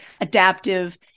adaptive